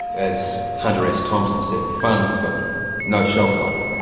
as hunter s thompson said, fun has got no shelflife,